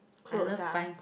clothes ah